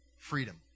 freedom